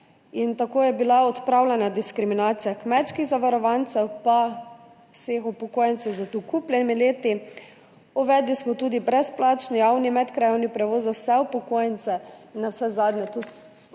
Tako je bila odpravljena diskriminacija kmečkih zavarovancev in vseh upokojencev z dokupljenimi leti, uvedli smo tudi brezplačni javni medkrajevni prevoz za vse upokojence, navsezadnje so